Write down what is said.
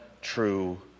true